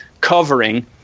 covering